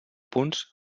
punts